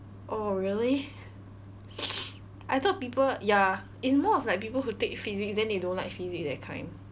oh really I thought people ya it's more of like people who take physics then they don't like physics that kind